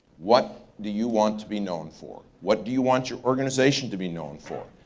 what do you want to be known for? what do you want your organization to be known for?